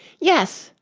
yes!